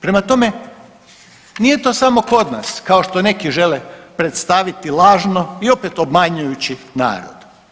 Prema tome, nije to samo kod nas kao što neki žele predstaviti lažno i opet obmanjujući narod.